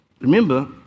Remember